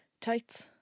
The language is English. Tights